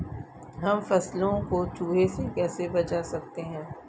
हम फसलों को चूहों से कैसे बचा सकते हैं?